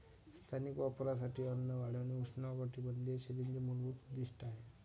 स्थानिक वापरासाठी अन्न वाढविणे उष्णकटिबंधीय शेतीचे मूलभूत उद्दीष्ट आहे